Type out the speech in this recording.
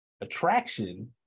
attraction